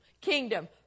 Kingdom